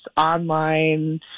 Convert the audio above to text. online